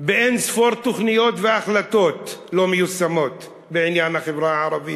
באין-ספור תוכניות והחלטות לא מיושמות בעניין החברה הערבית: